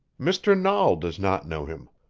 mr. nahl does not know him.